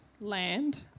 land